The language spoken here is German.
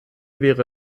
wäre